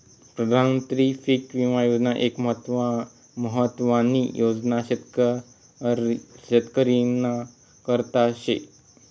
प्रधानमंत्री पीक विमा योजना एक महत्वानी योजना शेतकरीस्ना करता शे